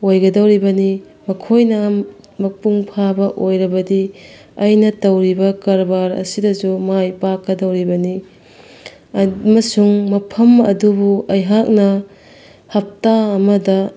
ꯑꯣꯏꯒꯗꯧꯔꯤꯕꯅꯤ ꯃꯈꯣꯏꯅ ꯃꯄꯨꯡ ꯐꯥꯕ ꯑꯣꯏꯔꯕꯗꯤ ꯑꯩꯅ ꯇꯧꯔꯤꯕ ꯀꯔꯕꯥꯔ ꯑꯁꯤꯗꯁꯨ ꯃꯥꯏ ꯄꯥꯛꯀꯗꯧꯔꯤꯕꯅꯤ ꯑꯃꯁꯨꯡ ꯃꯐꯝ ꯑꯗꯨꯕꯨ ꯑꯩꯍꯥꯛꯅ ꯍꯞꯇꯥ ꯑꯃꯗ